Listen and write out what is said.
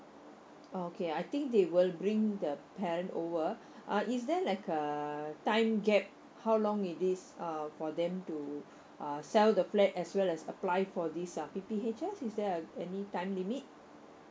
okay I think they will bring the parent over uh is there like a time gap how long it is uh for them to uh sell the flat as well as apply for this uh P_P_H_S there uh any time limit